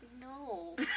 No